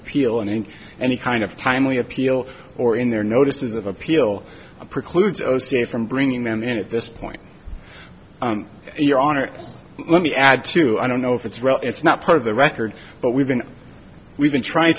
appeal and in any kind of timely appeal or in their notices of appeal precludes o c a from bringing them in at this point your honor let me add to i don't know if it's real it's not part of the record but we've been we've been trying